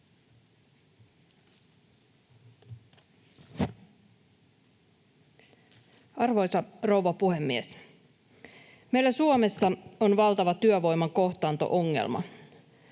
Arvoisa rouva puhemies! Meillä Suomessa on valtava työvoiman kohtaanto-ongelma.